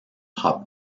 hop